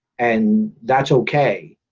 and that's okay.